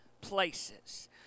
places